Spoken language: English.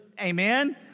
Amen